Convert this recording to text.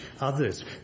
others